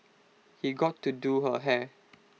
he got to do her hair